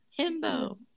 Himbo